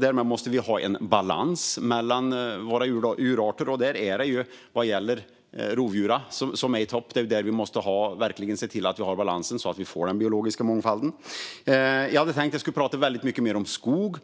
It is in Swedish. Vi måste ha balans mellan våra djurarter för att få biologisk mångfald, och det gäller särskilt rovdjuren. Jag hade tänkt prata mycket mer om skog